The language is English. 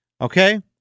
Okay